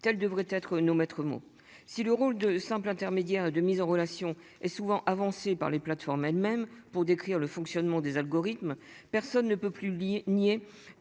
telle devraient être nos maîtres mots si le rôle de simple intermédiaire de mise en relation est souvent avancé par les plateformes elles-mêmes pour décrire le fonctionnement des algorithmes. Personne ne peut plus le